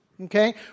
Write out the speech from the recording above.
okay